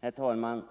Herr talman!